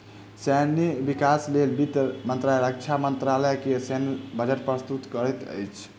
सैन्य विकासक लेल वित्त मंत्रालय रक्षा मंत्रालय के लेल सैन्य बजट प्रस्तुत करैत अछि